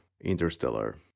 Interstellar